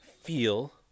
feel